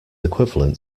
equivalent